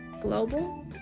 Global